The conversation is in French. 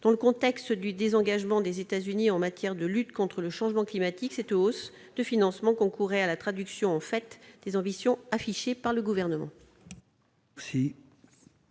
Dans un contexte de désengagement des États-Unis en matière de lutte contre le changement climatique, la hausse de ces ressources concourrait à la traduction en faits des ambitions affichées par le Gouvernement.